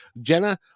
Jenna